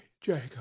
Jacob